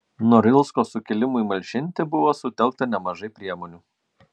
norilsko sukilimui malšinti buvo sutelkta nemažai priemonių